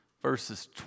verses